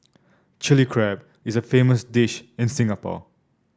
Chilli Crab is a famous dish in Singapore